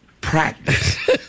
practice